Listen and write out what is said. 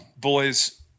boys